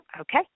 okay